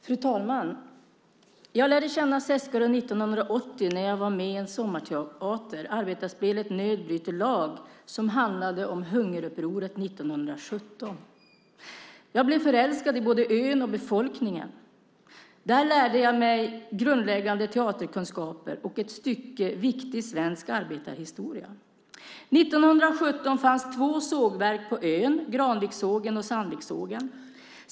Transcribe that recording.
Fru talman! Jag lärde känna Seskarö 1980 när jag var med i en sommarteater, arbetarspelet Nöd bryter lag , som handlade om hungerupproret 1917. Jag blev förälskad i både ön och befolkningen. Där lärde jag mig grundläggande teaterkunskaper och ett stycke viktig arbetarhistoria. År 1917 fanns två sågverk på ön, Granvikssågen och Sandvikssågen.